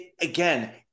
again